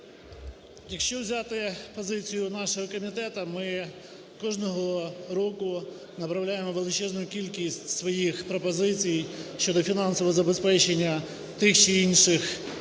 Якщо взяти позицію нашого комітету, ми кожного року направляємо величезну кількість своїх пропозицій щодо фінансового забезпечення тих чи інших